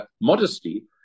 modesty